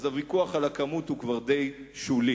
הוויכוח על הכמות הוא כבר די שולי.